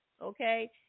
Okay